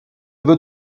veut